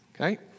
okay